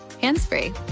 hands-free